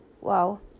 Wow